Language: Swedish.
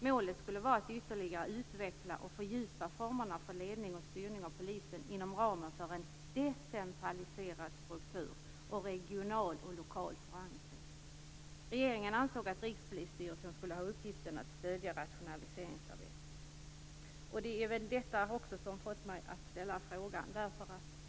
Målet skulle vara att ytterligare utveckla och fördjupa formerna för ledning och styrning av polisen inom ramen för en decentraliserad struktur och regional och lokal förankring. Regeringen ansåg att Rikspolisstyrelsen skulle ha uppgiften att stödja rationaliseringsarbetet. Det är detta som fått mig att ställa frågan.